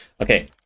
Okay